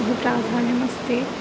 बहु प्राधान्यमस्ति